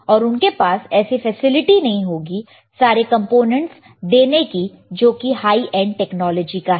और उनके पास ऐसी फैसिलिटी नहीं होगी सारे कंपोनेंट्स देने की जो कि हाई एंड टेक्नोलॉजी का है